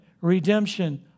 redemption